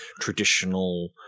traditional